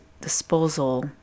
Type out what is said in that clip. disposal